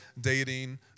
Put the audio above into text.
dating